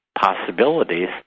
possibilities